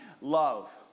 Love